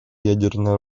ядерно